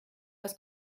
das